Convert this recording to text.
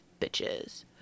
bitches